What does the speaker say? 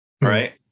Right